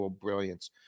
brilliance